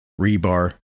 rebar